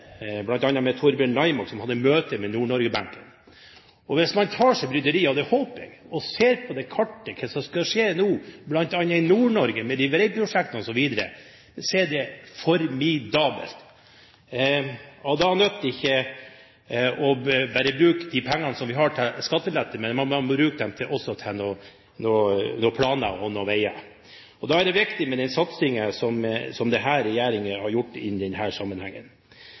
møte med Vegvesenet i nord, bl.a. med Torbjørn Naimak, som hadde møte med Nord-Norge-benken. Hvis man tar seg bryderiet – og det håper jeg – med å se på kartet over hva som skal skje nå bl.a. i Nord-Norge med de veiprosjektene osv., så er det formidabelt. Da nytter det ikke å bruke de pengene vi har, til skattelette, men man må også bruke dem på noen planer og noen veier. Da er det viktig med den satsingen som denne regjeringen har gjort i denne sammenhengen.